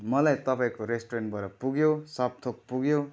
मलाई तपाईँको रेस्टुरेन्टबाट पुग्यो सबथोक पुग्यो